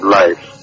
life